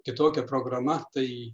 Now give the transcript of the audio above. kitokia programa tai